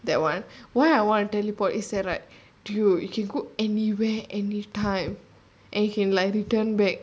that [one] why I want to teleport is that right dude you can go anywhere anytime and you can like return back